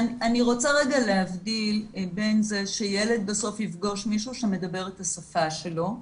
אני רוצה רגע להבדיל בין זה שילד בסוף יפגוש מישהו שמדבר את השפה שלו,